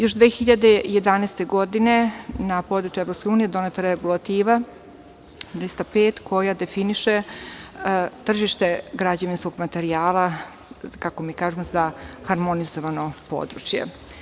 Još 2011. godine, na području EU doneta je Regulativa 305 koja definiše tržište građevinskog materijala, kako mi kažemo, za harmonizovano područje.